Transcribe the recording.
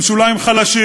הם שוליים חלשים.